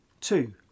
Two